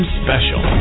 special